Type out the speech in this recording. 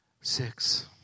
Six